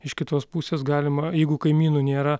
iš kitos pusės galima jeigu kaimynų nėra